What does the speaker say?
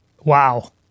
Wow